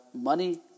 money –